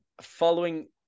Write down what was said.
Following